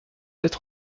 être